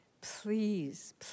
Please